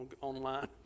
online